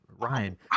Ryan